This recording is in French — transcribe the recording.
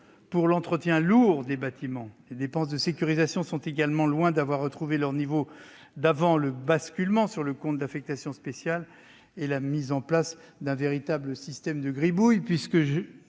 pour l'entretien lourd des bâtiments. Les dépenses de sécurisation sont également loin d'avoir retrouvé le niveau préalable à leur basculement sur le compte d'affectation spéciale et à la mise en place d'un système de Gribouille : on vend